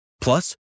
Plus